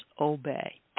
obey